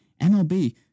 MLB